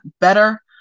better